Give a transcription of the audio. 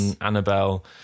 Annabelle